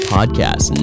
Podcast